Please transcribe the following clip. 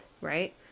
right